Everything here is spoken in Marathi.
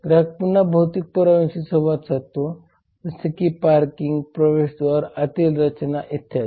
ग्राहक पुन्हा भौतिक पुराव्यांशी संवाद साधतो जसे की पार्किंग प्रवेशद्वार आतील रचना इत्यादी